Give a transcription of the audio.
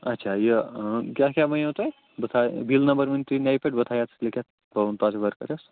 اچھا یہِ کیٛاہ کیٛاہ وَنیو تۄہہِ بہٕ تھاو بِل نمبر ؤنِو تُہۍ نَیہِ پٮ۪ٹھ بہٕ تھاو یَتَس لیکِتھ بہٕ وَن ؤرکَرَس